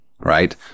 Right